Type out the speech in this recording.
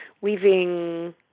weaving